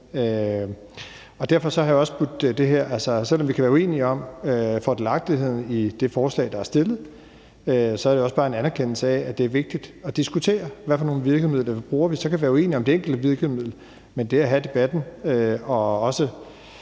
Derfor er der, selv om vi kan være uenige om fordelagtigheden i det forslag, der er fremsat, også bare en anerkendelse af, at det er vigtigt at diskutere, hvad for nogle virkemidler vi bruger. Så kan vi være uenige om det enkelte virkemiddel, men det at have debatten og også